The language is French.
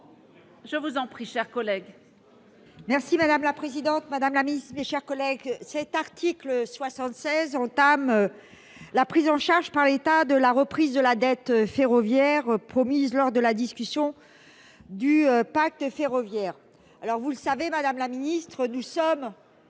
Je vous en prie, chers collègues.